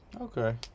okay